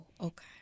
okay